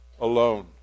alone